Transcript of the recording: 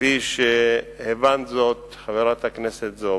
כפי שהבנת זאת, חברת הכנסת זועבי.